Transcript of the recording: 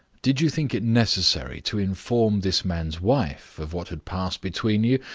did you think it necessary to inform this man's wife of what had passed between you,